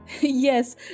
Yes